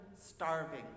starving